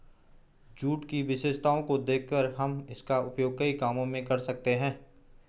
jute की विशेषताओं को देखकर हम इसका उपयोग कई कामों में कर सकते हैं